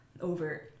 over